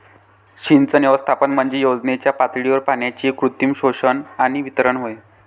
सिंचन व्यवस्थापन म्हणजे योजनेच्या पातळीवर पाण्याचे कृत्रिम शोषण आणि वितरण होय